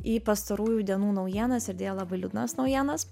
į pastarųjų dienų naujienas ir deja labai liūdnas naujienas